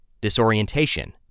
disorientation